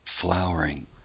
flowering